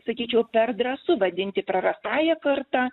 sakyčiau per drąsu vadinti prarastąja karta